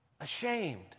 ashamed